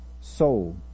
soul